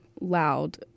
loud